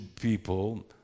people